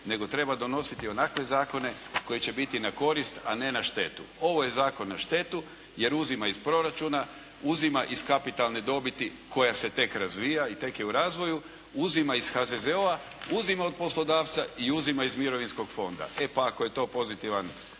nego treba donositi onakve zakone koji će biti na korist a ne na štetu. Ovo je zakon na štetu jer uzima iz proračuna, uzima iz kapitalne dobiti koja se tek razvija i tek je u razvoju, uzima iz HZZO-a, uzima od poslodavca i uzima iz mirovinskog fonda. E, pa ako je to pozitivan